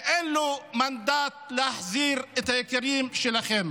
ואין לו מנדט להחזיר את היקרים שלכם.